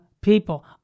people